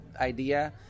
idea